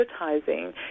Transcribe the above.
advertising